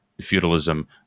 feudalism